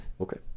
Okay